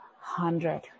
hundred